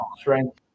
strength